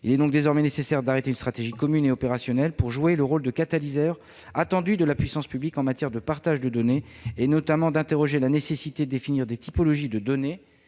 Il est donc désormais nécessaire d'arrêter une stratégie commune et opérationnelle pour jouer le rôle de catalyseur attendu de la puissance publique en matière de partage de données. Il convient notamment de s'interroger sur la nécessité de définir des typologies de données